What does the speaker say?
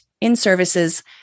in-services